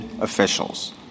officials